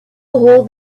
hold